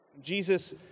Jesus